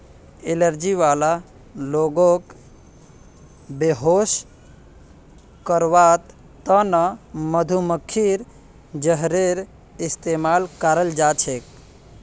allergy वाला लोगक बेहोश करवार त न मधुमक्खीर जहरेर इस्तमाल कराल जा छेक